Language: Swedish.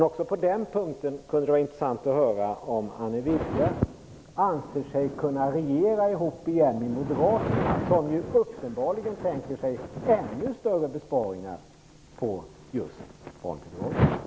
Också på den punkten kunde det vara intressant att få höra om Anne Wibble anser sig åter kunna regera ihop med Moderaterna som ju uppenbarligen tänker sig ännu större besparingar på just barnbidragen.